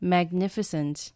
Magnificent